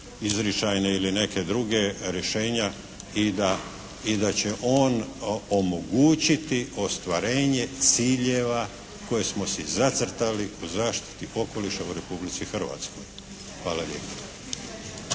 izričajne ili neke druge, rješenja i da će on omogućiti ostvarenja ciljeva koje smo si zacrtali u zaštiti okoliša u Republici Hrvatskoj. Hvala lijepa.